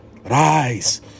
rise